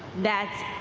that